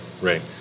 right